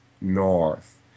north